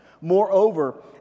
Moreover